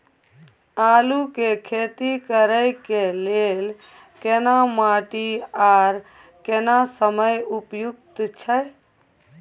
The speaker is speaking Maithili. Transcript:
आलू के खेती करय के लेल केना माटी आर केना समय उपयुक्त छैय?